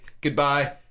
Goodbye